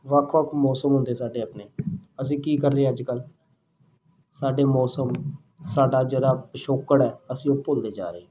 ਵੱਖ ਵੱਖ ਮੌਸਮ ਹੁੰਦੇ ਸਾਡੇ ਆਪਣੇ ਅਸੀਂ ਕੀ ਕਰਦੇ ਅੱਜ ਕੱਲ੍ਹ ਸਾਡੇ ਮੌਸਮ ਸਾਡਾ ਜਿਹੜਾ ਪਿਛੋਕੜ ਹੈ ਅਸੀਂ ਉਹ ਭੁੱਲਦੇ ਜਾ ਰਹੇ